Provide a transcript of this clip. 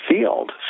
field